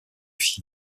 filles